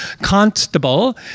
Constable